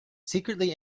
secretly